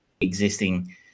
existing